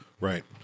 Right